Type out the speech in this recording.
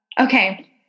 Okay